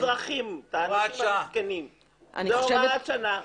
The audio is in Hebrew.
כהוראת שעה.